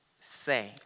Say